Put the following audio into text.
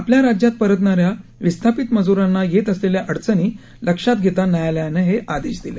आपल्या राज्यात परतणाऱ्या विस्थापित मजुरांना येत असलेल्या अडचणी लक्षात घेता न्यायालयानं हे आदेश दिले